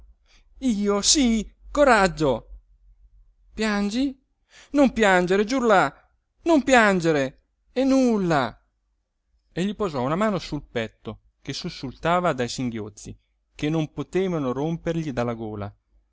io sí coraggio piangi non piangere giurlà non piangere è nulla e gli posò una mano sul petto che sussultava dai singhiozzi che non potevano rompergli dalla gola